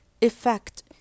effect